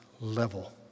level